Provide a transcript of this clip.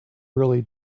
really